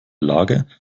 lage